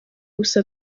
ubusa